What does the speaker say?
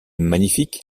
magnifique